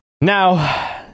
Now